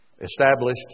established